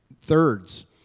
thirds